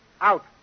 Out